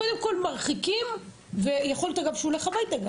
אבל קודם כול מרחיקים ויכול להיות שהוא גם הולך הביתה.